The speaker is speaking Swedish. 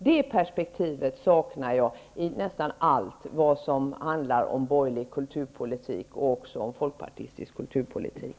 Det perspektivet saknar jag nästan alltid i borgerlig kulturpolitik och också i folkpartistisk kulturpolitik.